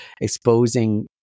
exposing